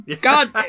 God